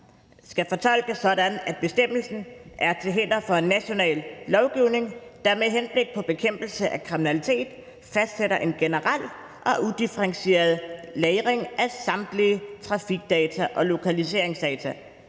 skal fortolkes sådan, at bestemmelsen er til hinder for en national lovgivning, der med henblik på bekæmpelse af kriminalitet fastsætter en generel og udifferentieret lagring af samtlige trafikdata og lokaliseringsdata.